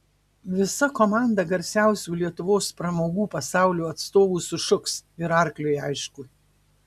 visa komanda garsiausių lietuvos pramogų pasaulio atstovų sušuks ir arkliui aišku